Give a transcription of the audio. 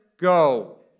go